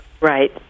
Right